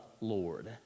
Lord